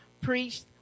preached